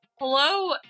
Hello